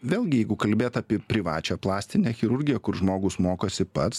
vėlgi jeigu kalbėt apie privačią plastinę chirurgiją kur žmogus mokosi pats